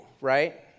right